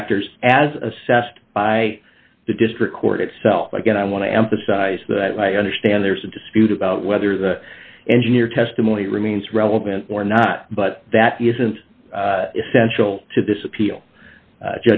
factors as assessed by the district court itself again i want to emphasize that i understand there is a dispute about whether the engineer testimony remains relevant or not but that isn't essential to this appeal